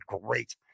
great